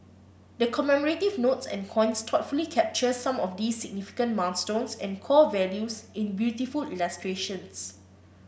the commemorative notes and coins thoughtfully capture some of these significant milestones and core values in beautiful illustrations